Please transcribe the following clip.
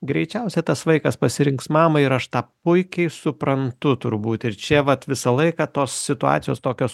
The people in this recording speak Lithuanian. greičiausia tas vaikas pasirinks mamą ir aš tą puikiai suprantu turbūt ir čia vat visą laiką tos situacijos tokios